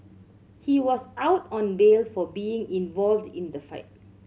he was out on bail for being involved in the fight